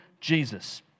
Jesus